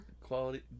Quality